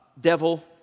devil